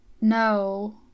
No